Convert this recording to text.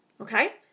Okay